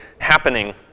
happening